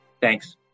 Thanks